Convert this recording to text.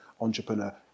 entrepreneur